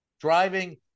driving